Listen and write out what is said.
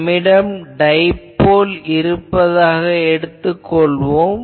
நம்மிடம் டைபோல் இருப்பதாக எடுத்துக் கொள்வோம்